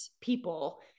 people